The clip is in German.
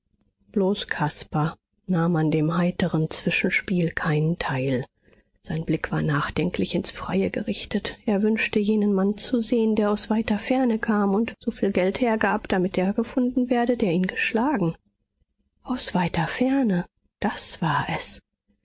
bloß caspar nahm an dem heiteren zwischenspiel keinen teil sein blick war nachdenklich ins freie gerichtet er wünschte jenen mann zu sehen der aus weiter ferne kam und so viel geld hergab damit der gefunden werde der ihn geschlagen aus weiter ferne das war es